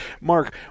Mark